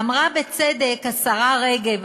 אמרה בצדק השרה רגב,